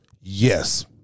Yes